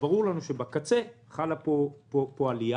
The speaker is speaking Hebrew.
ברור לנו שבקצה חלה עלייה.